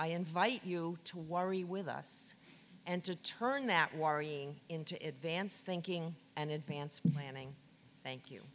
i invite you to worry with us and to turn that worrying into it vance thinking and advance planning thank you